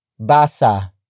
Basa